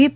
V